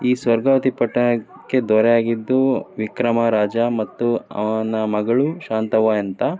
ಈ ಸ್ವರ್ಗಾವತಿ ಪಟ್ಟಣಕ್ಕೆ ದೊರೆಯಾಗಿದ್ದು ವಿಕ್ರಮ ರಾಜ ಮತ್ತು ಅವನ ಮಗಳು ಶಾಂತವ್ವ ಅಂತ